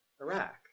Iraq